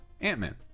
Ant-Man